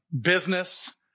business